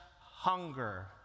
hunger